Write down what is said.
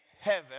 heaven